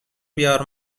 بیار